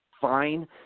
fine